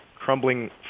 crumbling